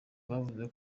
bavuze